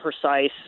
precise